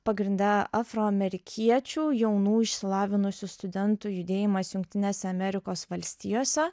pagrinde afroamerikiečių jaunų išsilavinusių studentų judėjimas jungtinėse amerikos valstijose